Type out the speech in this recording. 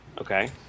Okay